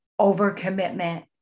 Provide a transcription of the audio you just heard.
overcommitment